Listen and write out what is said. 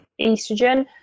estrogen